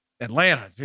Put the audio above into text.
Atlanta